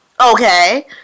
Okay